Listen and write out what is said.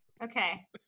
okay